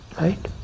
Right